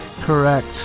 Correct